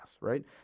right